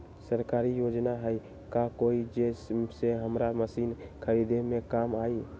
सरकारी योजना हई का कोइ जे से हमरा मशीन खरीदे में काम आई?